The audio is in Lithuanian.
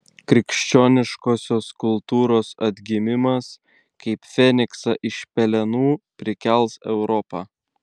krikščioniškosios kultūros atgimimas kaip feniksą iš pelenų prikels europą